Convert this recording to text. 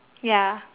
ya